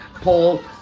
paul